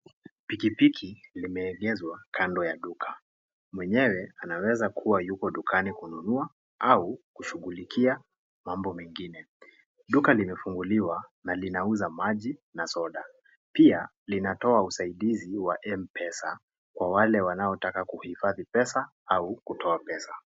Pikipiki limeegeshwa kando ya duka, mwenyewe anaweza kuwa ndani ya duka kununua au kushughulikia mambo mingine. Duka limefuguliwa na linauza maji na soda. Pia linatoa usaidizi wa Mpesa Kwa wale wanao taka kuifathi pesa au kutoa pesa.